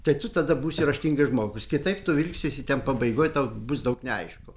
tai tu tada būsi raštingas žmogus kitaip tu vilksiesi ten pabaigoj tau bus daug neaišku